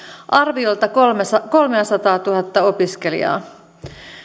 arviolta kolmeasataatuhatta opiskelijaa